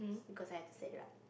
because I had to set it up